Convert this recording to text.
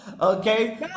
okay